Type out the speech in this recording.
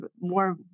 more